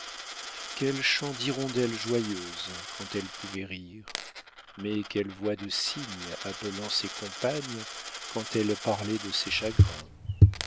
quel chant d'hirondelle joyeuse quand elle pouvait rire mais quelle voix de cygne appelant ses compagnes quand elle parlait de ses chagrins